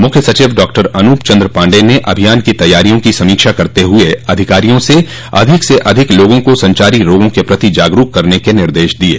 मुख्य सचिव डॉक्टर अनूप चन्द्र पाण्डेय ने अभियान की तैयारियों की समोक्षा करत हुए अधिकारियों से अधिक से अधिक लोगों को संचारी रोगों के प्रति जागरूक करने के निर्देश दिये